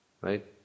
right